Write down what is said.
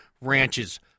ranches